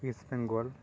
West Bengal